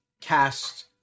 cast